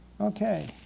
Okay